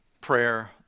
prayer